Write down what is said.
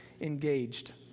engaged